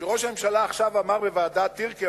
שראש הממשלה אמר עכשיו בוועדת-טירקל,